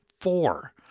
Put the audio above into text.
Four